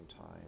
time